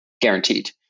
guaranteed